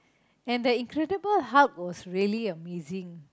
and the incredible Hulk was really amazing